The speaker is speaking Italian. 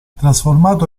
trasformato